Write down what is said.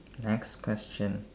next question